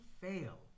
fail